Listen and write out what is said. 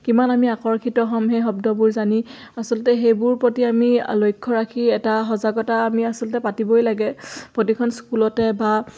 কিমান আমি আকৰ্ষিত হ'ম সেই শব্দবোৰ জানি আচলতে সেইবোৰ প্ৰতি আমি লক্ষ্য ৰাখি এটা সজাগতা আমি আচলতে পাতিবই লাগে প্ৰতিখন স্কুলতে বা